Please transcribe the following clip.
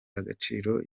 agaciro